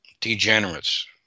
degenerates